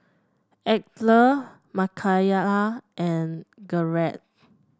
Edythe Mckayla and Garrett